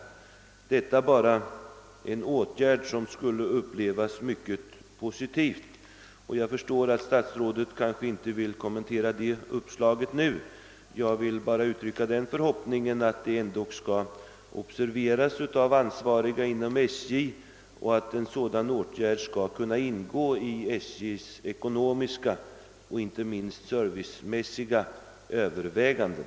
En sådan åtgärd skulle säkert upplevas som något positivt. Jag förstår att statsrådet kanske nu inte vill kommentera detta uppslag, och jag vill därför bara uttrycka den förhoppningen att det ändå skall observeras av ansvariga inom SJ och att en sådan åtgärd skulle kunna ingå i SJ:s ekonomiska och inte minst servicemässiga överväganden.